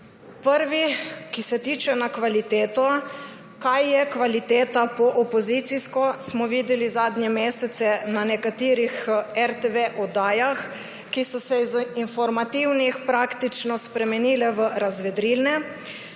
Prvi, ki se tiče kvalitete. Kaj je kvaliteta po opozicijsko, smo videli zadnje mesece na nekaterih RTV oddajah, ki so se iz informativnih praktično spremenile v razvedrilne.